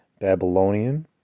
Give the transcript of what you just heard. Babylonian